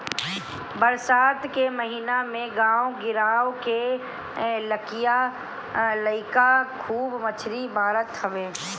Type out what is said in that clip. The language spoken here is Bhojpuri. बरसात के महिना में गांव गिरांव के लईका खूब मछरी मारत हवन